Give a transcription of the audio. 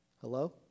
Hello